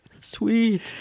Sweet